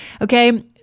Okay